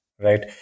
Right